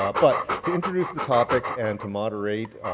ah but to introduce the topic and to moderate,